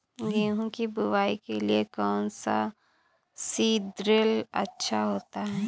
गेहूँ की बुवाई के लिए कौन सा सीद्रिल अच्छा होता है?